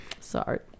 Sorry